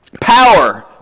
power